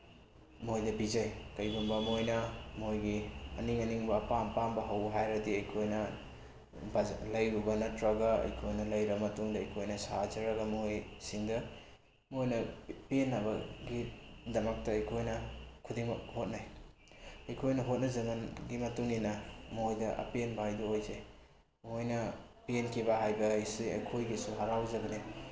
ꯃꯣꯏꯗ ꯄꯤꯖꯩ ꯀꯔꯤꯒꯨꯝꯕ ꯃꯣꯏꯅ ꯃꯣꯏꯒꯤ ꯑꯅꯤꯡ ꯑꯅꯤꯡꯕ ꯑꯄꯥꯝ ꯑꯄꯥꯝꯕ ꯍꯧ ꯍꯥꯏꯔꯒꯗꯤ ꯑꯩꯈꯣꯏꯅ ꯂꯩꯔꯨꯕ ꯅꯠꯇ꯭ꯔꯒ ꯑꯩꯈꯣꯏꯅ ꯂꯩꯔ ꯃꯇꯨꯡꯗ ꯑꯩꯈꯣꯏꯅ ꯁꯥꯖꯔꯒ ꯃꯣꯏꯁꯤꯡꯗ ꯃꯣꯏꯅ ꯄꯦꯟꯅꯕꯒꯤꯗꯃꯛꯇ ꯑꯩꯈꯣꯏꯅ ꯈꯨꯗꯤꯡꯃꯛ ꯍꯣꯠꯅꯩ ꯑꯩꯈꯣꯏꯅ ꯍꯣꯠꯅꯖꯃꯟꯒꯤ ꯃꯇꯨꯡꯏꯟꯅ ꯃꯣꯏꯗ ꯑꯄꯦꯟꯕ ꯍꯥꯏꯕꯗꯨ ꯑꯣꯏꯖꯩ ꯃꯣꯏꯅ ꯄꯦꯟꯈꯤꯕ ꯍꯥꯏꯕ ꯑꯁꯤ ꯑꯩꯈꯣꯏꯒꯤꯁꯨ ꯍꯔꯥꯎꯖꯕꯅꯤ